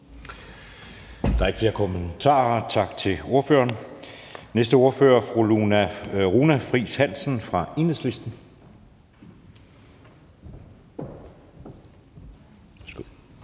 Der er ikke flere korte bemærkninger. Tak til ordføreren. Den næste ordfører er fru Runa Friis Hansen fra Enhedslisten.